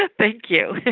ah thank you.